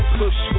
push